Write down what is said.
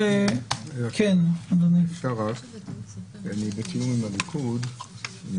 אני בתיאום עם הליכוד.